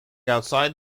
outside